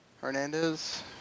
Hernandez